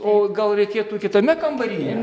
o gal reikėtų kitame kambaryje